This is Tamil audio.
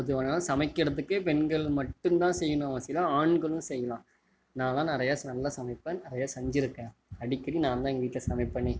கொஞ்சம் நாள் சமைக்கிறத்துக்கே பெண்கள் மட்டும் தான் செய்யணும்னு அவசியம் இல்லை ஆண்களும் செய்யலாம் நான் எல்லாம் நிறையா நல்லா சமைப்பேன் நிறையா செஞ்சுருக்கேன் அடிக்கடி நான்தான் எங்கள் வீட்டில் சமைப்பேன்